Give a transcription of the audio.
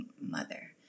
mother